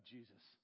Jesus